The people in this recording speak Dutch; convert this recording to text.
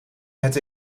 het